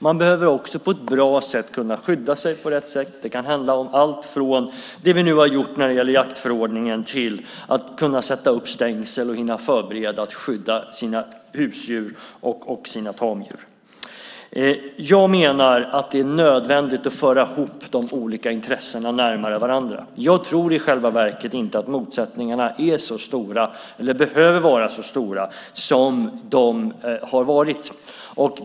Man behöver kunna skydda sig på rätt sätt. Det kan handla om allt från det vi nu har gjort när det gäller jaktförordningen till att kunna sätta upp stängsel och förbereda för att skydda sina husdjur och tamdjur. Jag menar att det är nödvändigt att föra de olika intressena närmare varandra. Jag tror i själva verket inte att motsättningarna behöver vara så stora som de har varit.